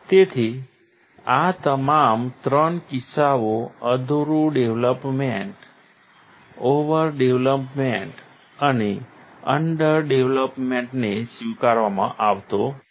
તેથી આ તમામ 3 કિસ્સાઓ અધૂરુ ડેવલોપમેંટ ઓવરડેવલોપમેંટ અને અંડરડેવલોપમેંટને સ્વીકારવામાં આવતો નથી